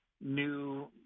new